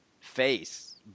face